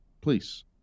please